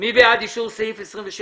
מי בעד אישור סעיף 27?